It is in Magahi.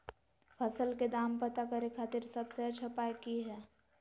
फसल के दाम पता करे खातिर सबसे अच्छा उपाय की हय?